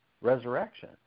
resurrection